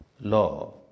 law